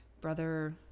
brother